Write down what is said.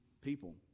people